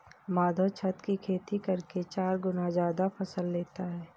माधव छत की खेती करके चार गुना ज्यादा फसल लेता है